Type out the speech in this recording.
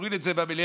אוריד את זה במליאה,